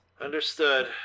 Understood